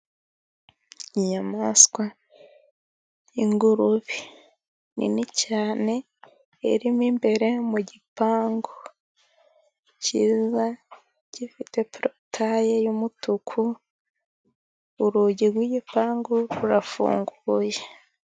Inyamaswa, ingurube nini cyane irimo imbere mu gipangu cyiza gifite porutaye y'umutuku, urugi rw'igipangu rurafunguye.